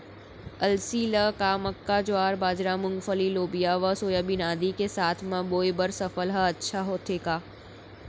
अलसी ल का मक्का, ज्वार, बाजरा, मूंगफली, लोबिया व सोयाबीन आदि के साथ म बोये बर सफल ह अच्छा होथे का?